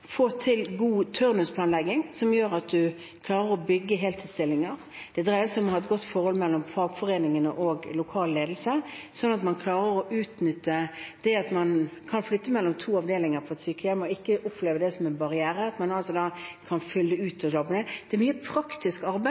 ha et godt forhold mellom fagforeningene og lokal ledelse, slik at man klarer å utnytte det at man kan flytte mellom to avdelinger på et sykehjem og ikke opplever det som en barriere. Det er mye praktisk arbeid som skal til for å gjøre det.